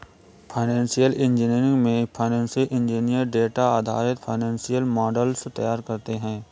financial engineering में financial engineer data आधारित financial models तैयार करते है